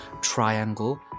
triangle